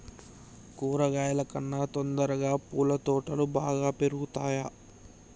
కూరగాయల కన్నా తొందరగా పూల తోటలు బాగా పెరుగుతయా?